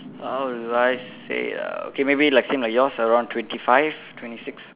how do I say uh okay maybe like same like yours around twenty five twenty six